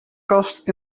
kast